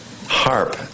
harp